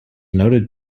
noted